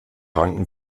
ranken